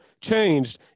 changed